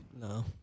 No